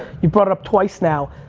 you brought it up twice now,